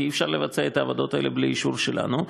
כי אי-אפשר לבצע את העבודות אלה בלי אישור שלנו,